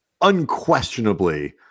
unquestionably